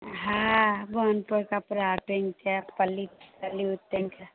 हाँ बान्ह पर कपड़ा टाँगिकऽ पल्ली टाँगिकऽ